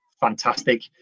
fantastic